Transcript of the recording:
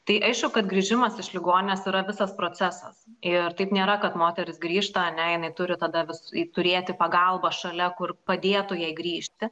tai aišku kad grįžimas iš ligoninės yra visas procesas ir taip nėra kad moteris grįžta ane jinai turi tada vis i turėti pagalbą šalia kur padėtų jai grįžti